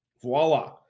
voila